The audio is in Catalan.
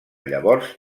llavors